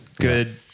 good